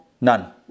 None